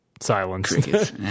silence